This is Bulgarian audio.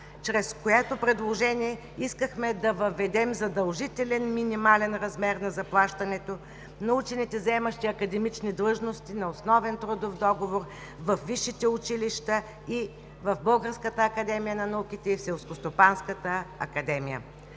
чрез което предложение искахме да въведем задължителен минимален размер на заплащането на учените, заемащи академични длъжности, на основен трудов договор във висшите училища, в Българската академия на науката и в Селскостопанската академия.